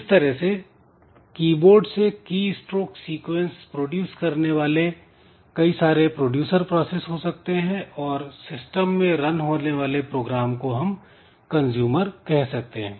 इस तरह से कीबोर्ड से कीस्ट्रोक सीक्वेंस प्रोड्यूस करने वाले कई सारे प्रोड्यूसर प्रोसेस हो सकते हैं और सिस्टम में रन होने वाले प्रोग्राम को हम कंजूमर कह सकते हैं